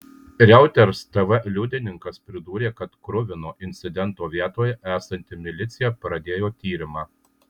reuters tv liudininkas pridūrė kad kruvino incidento vietoje esanti milicija pradėjo tyrimą